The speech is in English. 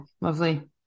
Lovely